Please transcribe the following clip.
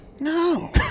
No